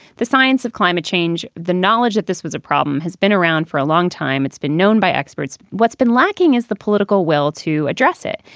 the science of climate change, the knowledge that this was a problem has been around for a long time. it's been known by experts what's been lacking is the political will to address it,